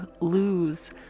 lose